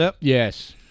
yes